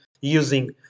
using